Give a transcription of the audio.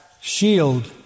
shield